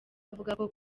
avuga